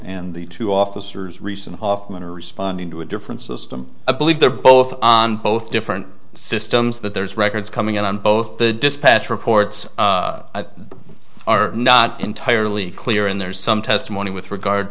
and the two officers recent hoffman are responding to a different system i believe they're both on both different systems that there's records coming in on both the dispatch reports are not entirely clear and there's some testimony with regard